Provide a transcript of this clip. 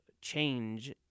change